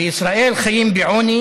בישראל חיים בעוני